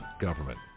government